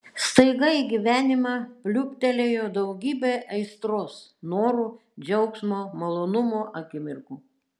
staiga į gyvenimą pliūptelėjo daugybė aistros norų džiaugsmo malonumo akimirkų